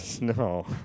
No